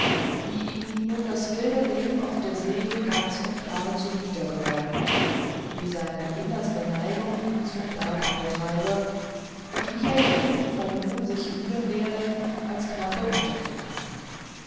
wie ihm nun das wilde leben auf der see ganz und gar zuwider geworden wie seine innerste neigung ihn zum bergbau treibe und wie er hier in falun sich mühen werde als knappe unterzukommen